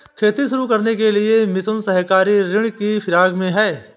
खेती शुरू करने के लिए मिथुन सहकारी ऋण की फिराक में है